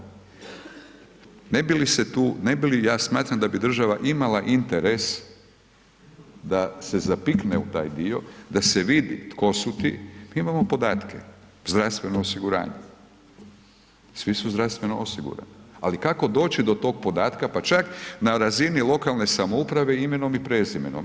Ne bi li se tu, ne bi li, ja smatram da bi država imala interes da se zapikne u taj dio, da se vidi tko su ti, pa imamo podatke, zdravstveno osiguranje, svi su zdravstveno osigurani, ali kako doći do tog podatka, pa čak na razini lokalne samouprave, imenom i prezimenom.